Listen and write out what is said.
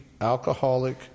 alcoholic